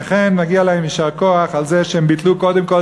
לכן מגיע להם יישר כוח על זה שהם ביטלו קודם כול